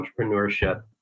entrepreneurship